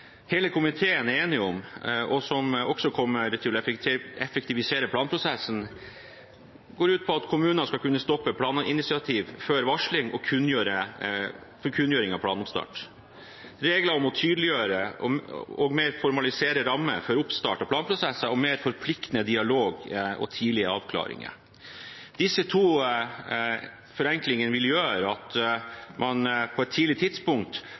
hele komiteen er enige om, og som også kommer til å effektivisere planprosessen, går ut på at kommuner skal kunne stoppe planinitiativ før varsling og kunngjøring av planoppstart og en tydeligere og mer formalisert ramme for oppstarten av planprosessen, mer forpliktende dialog og tidlige avklaringer. Disse to forenklingene vil gjøre at man på et tidlig tidspunkt